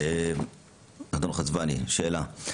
אדון חצבני, שאלה.